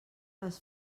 les